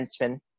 defenseman